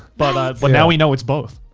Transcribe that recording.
but but now we know it's both.